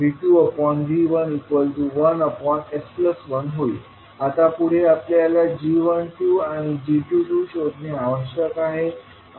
आता पुढे आपल्याला g12 आणि g22 शोधणे आवश्यक आहे